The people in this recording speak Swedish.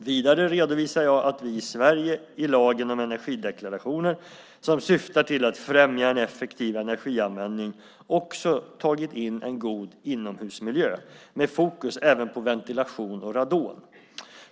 Vidare redovisade jag att vi i Sverige i lagen om energideklarationer som syftar till att främja en effektiv energianvändning också tagit in en god inomhusmiljö, med fokus även på ventilation och radon.